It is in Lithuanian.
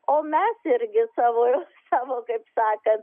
o mes irgi savo ir savo kaip sakant